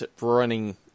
running